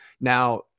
Now